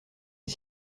est